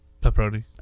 Pepperoni